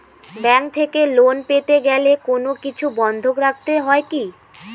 Bank থেকে loan পেতে গেলে কোনো কিছু বন্ধক রাখতে হয় কি?